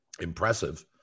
impressive